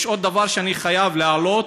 יש עוד דבר שאני חייב להעלות: